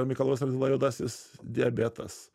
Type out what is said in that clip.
mikalojus radvila juodasis diabetas